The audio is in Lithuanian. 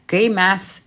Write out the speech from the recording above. kai mes